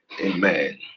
Amen